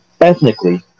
ethnically